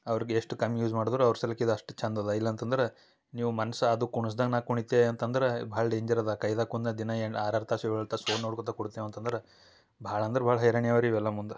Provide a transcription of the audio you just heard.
ಅವ್ರ್ಗ ಎಷ್ಟು ಕಮ್ ಯೂಸ್ ಮಾಡದ್ರೋ ಅವ್ರ ಸಲಕ್ ಇದು ಅಷ್ಟು ಚಂದ ಅದ ಇಲ್ಲಾ ಅಂತಂದ್ರ ನೀವು ಮನ್ಸ ಅದು ಕುಣ್ಸ್ದಂಗ ನಾ ಕುಣಿತೇ ಅಂತಂದ್ರ ಭಾಳ್ ಡೇಂಜರ್ ಅದ ಕೈದಾಗ ಕುಂದ್ರ ಅದ ದಿನ ಏನು ಆರು ಆರು ತಾಸು ಏಳು ಏಳು ತಾಸು ಫೋನ್ ನೋಡ್ಕೊತಾ ಕೂಡ್ತೇವೆ ಅಂತಂದ್ರ ಭಾಳ ಅಂದ್ರ ಭಾಳ್ ಹೈರಾಣಿ ಅವ ರೀ ಇವೆಲ್ಲಾ ಮುಂದ